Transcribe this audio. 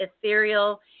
ethereal